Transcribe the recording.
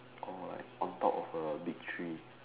or like on top of a big tree